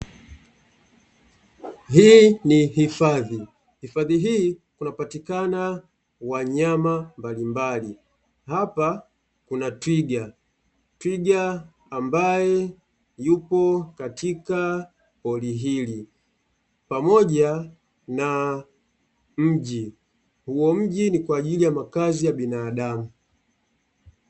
Hii ni hifadhi hifadhii kunapatikana wanyama mbalimbali hapa kuna twiga, twiga ambaye yupo katika pori hili pamoja mji, huo mji ni kwa ajili ya makazi ya binadamu.